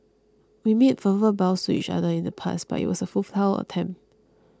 we made verbal vows to each other in the past but it was a futile attempt